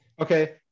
okay